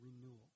renewal